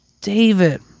David